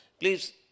Please